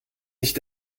nicht